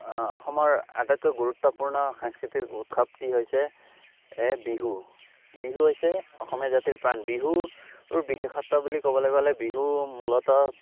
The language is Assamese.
অসমৰ আটাইতকৈ গুৰুত্বপূৰ্ণ সাংস্কৃতিক উৎসৱটি হৈছে বিহু বিহু হৈছে অসমীয়া জাতিৰ প্ৰাণ বিহুৰ বিশেষত্ব বুলি ক'বলৈ গ'লে বিহুৰ মূলতঃ